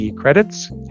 credits